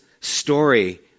story